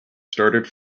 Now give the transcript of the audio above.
started